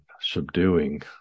subduing